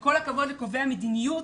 עם כל הכבוד לקובעי המדיניות.